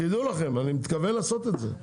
שתדעו לכם, אני מתכוון לעשות את זה.